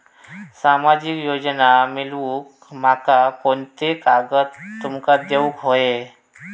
सामाजिक योजना मिलवूक माका कोनते कागद तुमका देऊक व्हये?